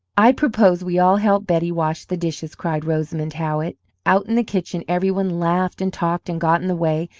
i propose we all help betty wash the dishes! cried rosamond howitt. out in the kitchen every one laughed and talked and got in the way,